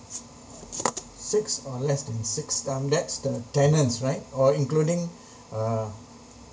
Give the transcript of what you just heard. six or less than six um that's the tenants right or including uh